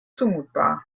zumutbar